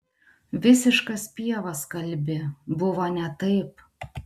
visiškas pievas kalbi buvo ne taip